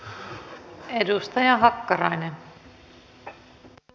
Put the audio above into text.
arvoisa rouva puhemies